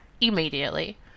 immediately